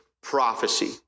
prophecy